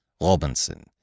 Robinson